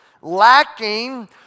Lacking